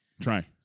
try